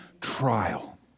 trial